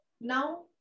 now